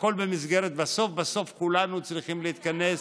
בסוף בסוף כולנו צריכים להתכנס לתקציב.